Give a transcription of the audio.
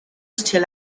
still